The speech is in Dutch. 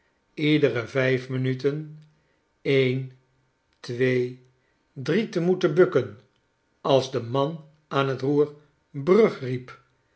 iedere vijf minuten een twee drie te moeten bukken als de man aan t roer brug riep